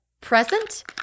present